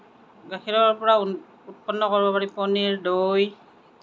গাখীৰৰ পৰা উৎপন্ন কৰিব পাৰি পনীৰ দৈ